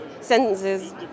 sentences